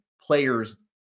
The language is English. players